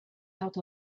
out